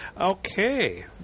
Okay